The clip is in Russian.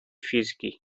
физики